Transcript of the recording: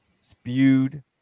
spewed